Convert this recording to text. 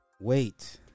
Wait